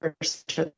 first